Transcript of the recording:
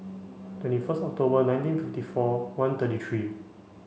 twenty first October nineteen fifty four one thirty three